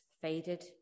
faded